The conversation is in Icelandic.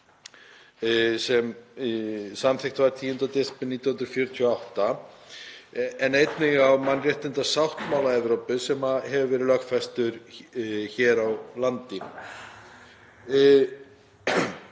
sem samþykkt var 10. desember 1948, en einnig á mannréttindasáttmála Evrópu sem hefur verið lögfestur hér á landi.